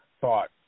thought